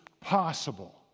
possible